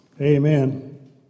Amen